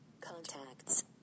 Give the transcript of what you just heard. contacts